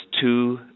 two